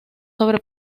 sobre